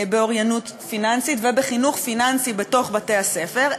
באוריינות פיננסית ובחינוך פיננסי בתוך בתי-הספר,